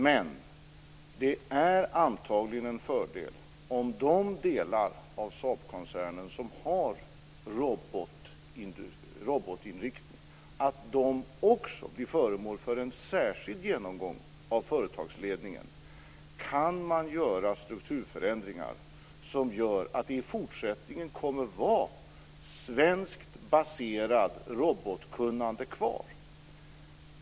Men det är antagligen en fördel om de delar av Saabkoncernen som har robotinriktning också blir föremål för en särskild genomgång av företagsledningen. Kan man göra strukturförändringar som gör att det i fortsättningen kommer att vara svenskt baserat robotkunnade kvar?